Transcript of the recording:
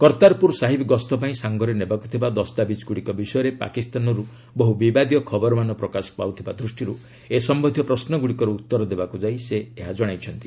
କର୍ତ୍ତାରପୁର ସାହିବ ଗସ୍ତ ପାଇଁ ସାଙ୍ଗରେ ନେବାକୁଥିବା ଦସ୍ତାବିଜଗୁଡ଼ିକ ବିଷୟରେ ପାକିସ୍ତାନରୁ ବହୁ ବିବାଦୀୟ ଖବରମାନ ପ୍ରକାଶ ପାଇବା ଦୃଷ୍ଟିରୁ ସେ ଏ ସମ୍ପନ୍ଧୀୟ ପ୍ରଶ୍ମଗୁଡ଼ିକର ଉତ୍ତର ଦେବାକୁ ଯାଇ ଏହା ଜଣାଇଛନ୍ତି